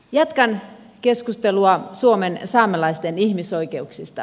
jatkan keskustelua suomen saamelaisten ihmisoikeuksista